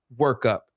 workup